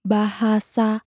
bahasa